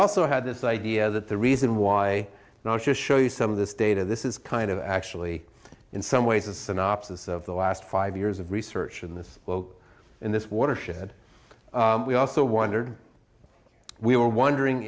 also had this idea that the reason why not just show you some of this data this is kind of actually in some ways a synopsis of the last five years of research in this boat in this watershed we also wondered we were wondering